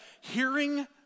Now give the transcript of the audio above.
Hearing